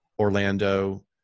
Orlando